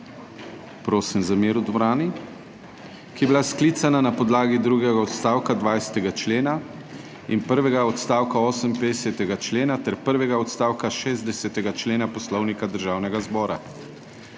Državnega zbora, ki je bila sklicana na podlagi drugega odstavka 20. člena in prvega odstavka 58. člena ter prvega odstavka 60. člena Poslovnika Državnega zbora.